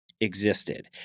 existed